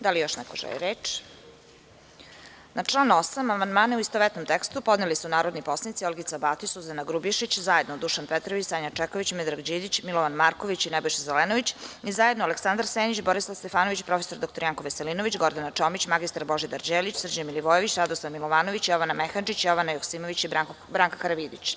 Da li još neko želi reč? (Ne) Na član 8. amandmane u istovetnom tekstu podneli su narodni poslanici Olgica Batić, Suzana Grubješić, zajedno Dušan Petrović, Sanja Čeković, Miodrag Đidić, Milovan Marković i Nebojša Zelenović, i zajedno Aleksandar Senić, Borislav Stefanović, prof. dr Janko Veselinović, Gordana Čomić, mr Božidar Đelić, Srđan Milivojević, Radoslav Milovanović, Jovana Mehandžić, Jovana Joksimović i Branka Karavidić.